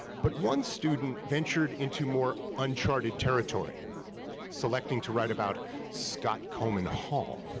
but one student ventured into more uncharted territory selecting to write about scott coleman hall,